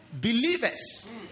believers